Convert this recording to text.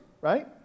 right